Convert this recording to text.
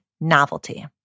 novelty